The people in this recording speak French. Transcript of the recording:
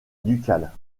ducale